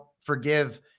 forgive